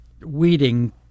weeding